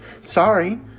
Sorry